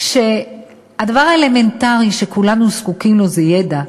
שהדבר האלמנטרי שכולנו זקוקים לו הוא ידע,